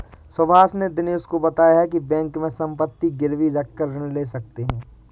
सुभाष ने दिनेश को बताया की बैंक में संपत्ति गिरवी रखकर ऋण ले सकते हैं